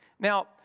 Now